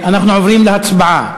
אנחנו עוברים להצבעה.